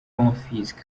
bonfils